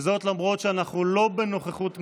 וזאת למרות שאנחנו לא בנוכחות מלאה,